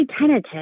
tentative